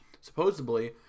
supposedly